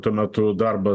tuo metu darbas